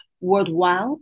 worldwide